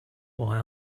why